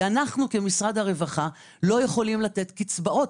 אנחנו כמשרד הרווחה לא יכולים לתת קצבאות.